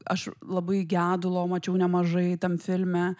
aš labai gedulo mačiau nemažai tam filme